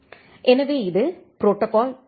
எனவே இது protocol D